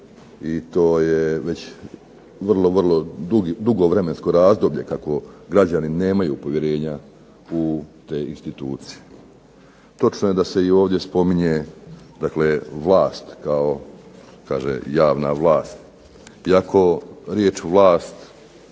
i to je već vrlo dugo vremensko razdoblje kako građani nemaju povjerenja u te institucije. Točno je da se ovdje spominje vlast kao javna vlast, iako riječ vlast